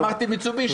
לא אמרתי מיצובישי.